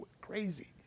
crazy